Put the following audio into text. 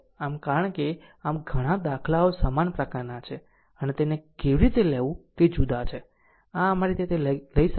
આમ કારણ કે આમ ઘણા દાખલાઓ સમાન પ્રકારનાં છે અને તેને કેવી રીતે લેવું તે જુદાં છે આમ આ રીતે તે લઈ શકે છે